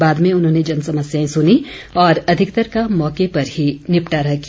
बाद में उन्होंने जन समस्याएं सुनीं और अधिकतर का मौके पर ही निपटारा किया